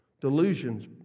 Delusions